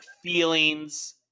feelings